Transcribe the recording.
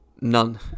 None